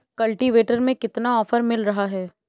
Cultivator में कितना offer मिल रहा है?